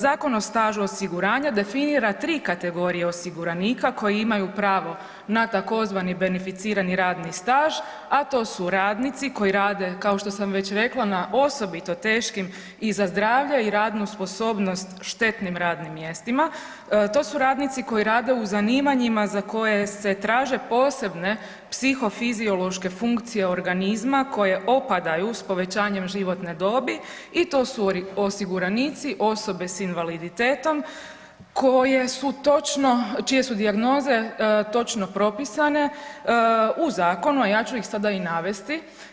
Zakon o stažu osiguranja definira 3 kategorije osiguranika koji imaju pravo na tzv. beneficirani radni staž, a to su radnici koji rade, kao što sam već rekla, na osobito teškim i za zdravlje i radnu sposobnost štetnim radnim mjestima, to su radnici koji rade u zanimanjima za koje se traže posebne psihofiziološke funkcije organizma koje opadaju s povećanjem životne dobi i to su osiguranici osobe s invaliditetom koje su točno, čije su dijagnoze točno propisane u zakonu, a ja ću ih sada i navesti.